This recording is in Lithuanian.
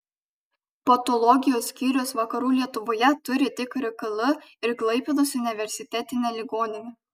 patologijos skyrius vakarų lietuvoje turi tik rkl ir klaipėdos universitetinė ligoninė